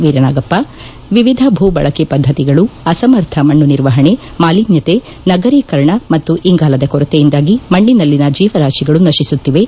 ಎೕರನಾಗಪ್ಪ ಎವಿರ ಭೂ ಬಳಕೆ ಪದ್ದತಿಗಳು ಅಸಮರ್ಥ ಮಣ್ಣು ನಿರ್ವಪಣೆ ಮಾಲಿನ್ದತೆ ನಗರೀಕರಣ ಮತ್ತು ಇಂಗಾಲದ ಕೊರತೆಯಿಂದಾಗಿ ಮಣ್ಣಿನಲ್ಲಿನ ಜೀವರಾತಿಗಳು ನಶಿಸುತ್ತಿವೆ